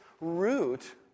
root